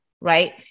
right